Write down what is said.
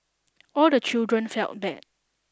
all the children felt bad